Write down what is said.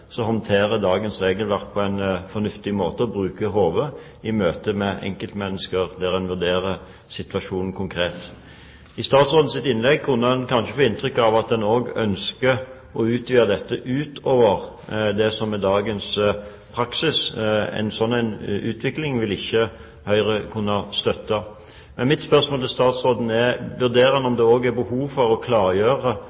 håndterer dagens regelverk på en fornuftig måte og bruker hodet i møtet med enkeltmennesker og vurderer situasjonen konkret. Av statsrådens innlegg kunne en kanskje få inntrykk av at en òg ønsker å utvide dette utover det som er dagens praksis. En slik utvikling vil ikke Høyre kunne støtte. Men mitt spørsmål til statsråden er: Vurderer